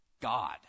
God